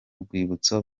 rwibutso